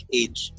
age